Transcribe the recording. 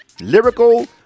lyrical